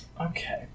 Okay